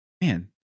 man